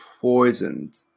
poisoned